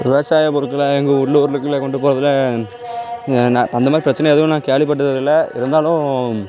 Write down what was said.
விவசாயப் பொருட்கள எங்கள் உள்ளூருக்குள்ளே கொண்டு போறதில் நான் அந்த மாதிரி பிரச்சனை எதுவும் நான் கேள்விப்பட்டதில்ல இருந்தாலும்